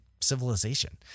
civilization